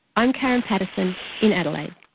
i'm karen patterson in adelaide.